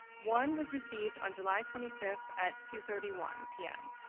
one was received on july twenty five at two thirty one pm.